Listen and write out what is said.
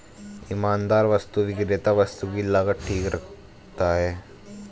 ईमानदार वस्तु विक्रेता वस्तु की लागत ठीक रखता है